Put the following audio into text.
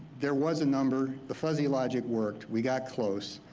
there was a number, the fuzzy logic worked, we got close,